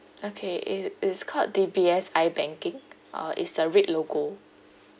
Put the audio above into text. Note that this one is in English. okay it is called D_B_S ibanking uh it's the red logo